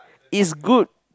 it's good